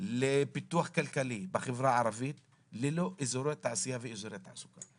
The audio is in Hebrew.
לפיתוח כלכלי בחברה הערבית ללא אזורי תעשייה ואזורי תעסוקה.